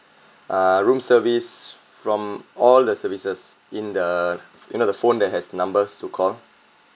uh room service from all the services in the you know the phone that has numbers to call